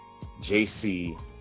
JC